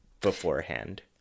beforehand